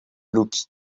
looked